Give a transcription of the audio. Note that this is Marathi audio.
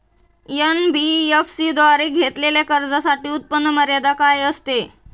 एन.बी.एफ.सी द्वारे घेतलेल्या कर्जासाठी उत्पन्न मर्यादा काय असते?